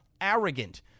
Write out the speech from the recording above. arrogant